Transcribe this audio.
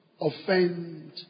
offend